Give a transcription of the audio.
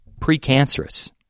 precancerous